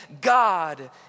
God